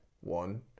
one